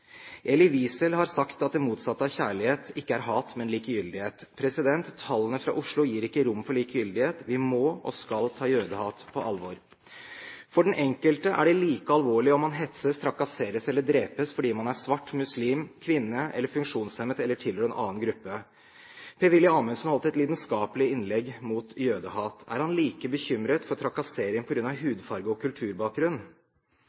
Elie Wiesel har sagt at det motsatte av kjærlighet ikke er hat, men likegyldighet. Tallene fra Oslo gir ikke rom for likegyldighet. Vi må og skal ta jødehat på alvor. For den enkelte er det like alvorlig om man hetses, trakasseres eller drepes fordi man er svart, muslim, kvinne, funksjonshemmet eller tilhører en annen gruppe. Per-Willy Amundsen holdt et lidenskapelig innlegg mot jødehat. Er han like bekymret for trakassering